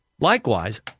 Likewise